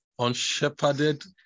unshepherded